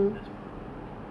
nak super power apa